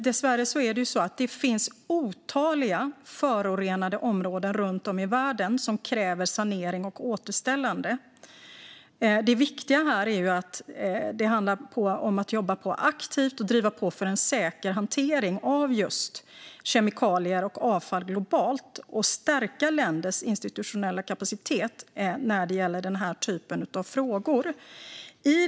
Dessvärre finns det otaliga förorenade områden runt om i världen som kräver sanering och återställande. Det viktiga här är att jobba aktivt och driva på för en säker hantering av just kemikalier och avfall globalt och att stärka länders institutionella kapacitet när det gäller denna typ av frågor.